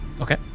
Okay